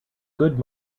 good